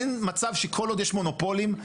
אין מצב שכל עוד יש מונופולים,